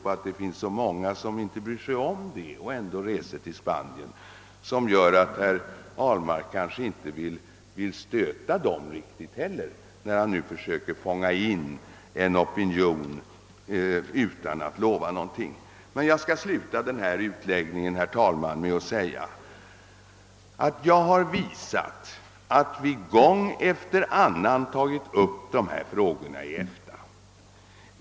Många svenskar bryr sig inte om dessa synpunkter utan reser till Spanien, och jag undrar om herr Ahlmark vill undvika att stöta sig med dem, när han nu försöker fånga in en annan opinion utan att lova någonting. Jag skall sluta den här utläggningen med att säga att vi gång efter annan tagit upp dessa frågor i EFTA.